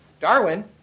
Darwin